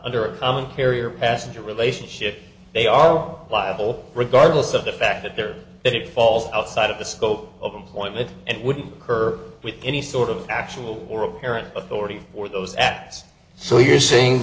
under a common carrier passenger relationship they are liable regardless of the fact that their it falls outside of the scope of employment and wouldn't occur with any sort of actual or apparent authority for those acts so you're saying